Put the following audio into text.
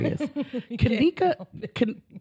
Kanika